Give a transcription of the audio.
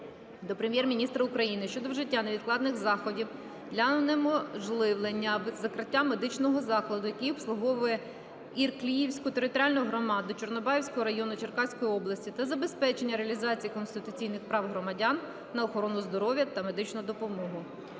до Прем'єр-міністра України щодо вжиття невідкладних заходів для унеможливлення закриття медичного закладу, який обслуговує Іркліївську територіальну громаду Чорнобаївського району Черкаської області, та забезпечення реалізації конституційних прав громадян на охорону здоров'я та медичну допомогу.